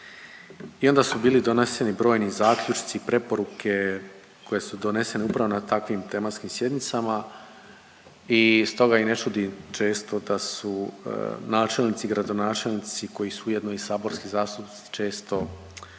i onda su bili doneseni brojni zaključci, preporuke koje su donesene upravo na takvim tematskim sjednicama i stoga i ne čudi često da su načelnici i gradonačelnici koji su ujedno i saborski zastupnici često ti